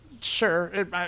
Sure